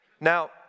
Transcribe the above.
Now